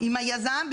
עם היזם,